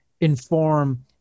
inform